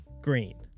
green